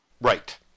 Right